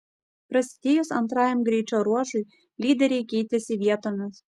prasidėjus antrajam greičio ruožui lyderiai keitėsi vietomis